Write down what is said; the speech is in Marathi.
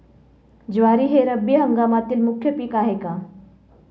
ज्वारी हे रब्बी हंगामातील मुख्य पीक आहे का?